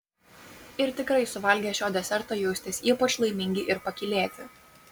ir tikrai suvalgę šio deserto jausitės ypač laimingi ir pakylėti